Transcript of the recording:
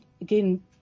again